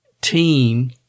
team